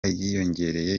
yiyongereye